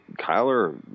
Kyler